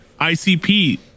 icp